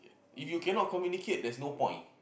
if you cannot communicate there's no point